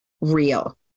real